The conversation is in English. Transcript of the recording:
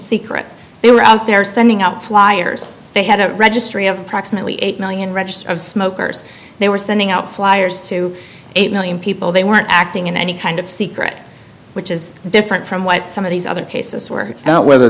secret they were out there sending out flyers they had a registry of proximately eight million register of smokers they were sending out flyers to eight million people they weren't acting in any kind of secret which is different from what some of these other cases where it's not whether